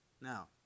Now